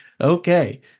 Okay